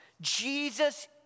Jesus